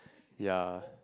ya